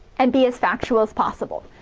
and, be as factual possible.